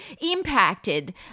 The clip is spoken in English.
impacted